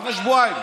לפני שבועיים,